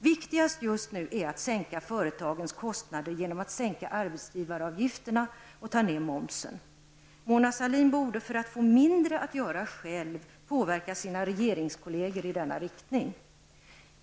Viktigast just nu är att företagen får minskade kostnader genom lägre arbetsgivaravgifter och lägre moms. Mona Sahlin borde, för att själv få mindre att göra, påverka sina regeringskolleger i denna riktning.